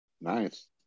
Nice